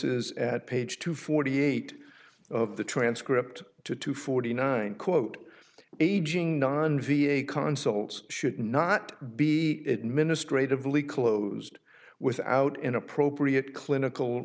is at page two forty eight of the transcript to two forty nine quote aging non v a consulates should not be administratively closed without an appropriate clinical